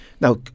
Now